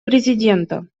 президента